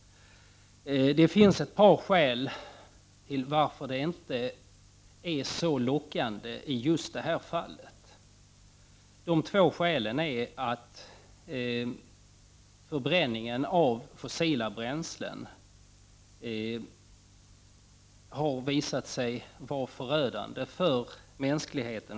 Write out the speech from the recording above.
Det finns ett par skäl till att det inte är så lockande i just detta fall. Det ena skälet är att förbränningen av fossila bränslen har visat sig vara förödande för mänskligheten.